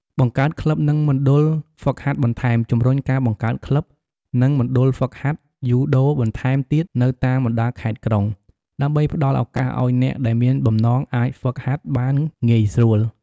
បង្កើតក្លិប និងមណ្ឌលហ្វឹកហាត់បន្ថែម ជំរុញការបង្កើតក្លិប និងមណ្ឌលហ្វឹកហាត់យូដូបន្ថែមទៀតនៅតាមបណ្តាខេត្តក្រុង ដើម្បីផ្តល់ឱកាសឲ្យអ្នកដែលមានបំណងអាចហ្វឹកហាត់បានងាយស្រួល ។